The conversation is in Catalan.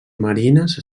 marines